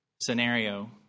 scenario